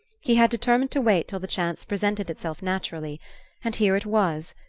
he had determined to wait till the chance presented itself naturally and here it was,